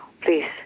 please